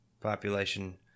population